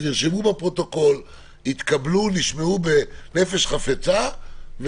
שכבר נרשמו בפרוטוקול ונשמעו בנפש חפצה,